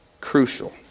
crucial